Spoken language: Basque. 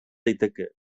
daiteke